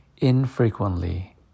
infrequently